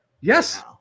Yes